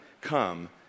come